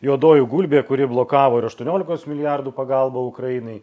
juodoji gulbė kuri blokavo ir aštuoniolikos milijardų pagalbą ukrainai